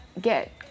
get